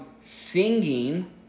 singing